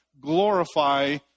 glorify